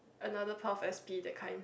another part of s_p that kind